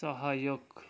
सहयोग